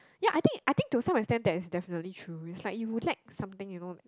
ya I think I think to some extent that is definitely true is like you will let something you know